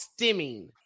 stimming